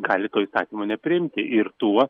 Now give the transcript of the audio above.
gali to įstatymo nepriimti ir tuo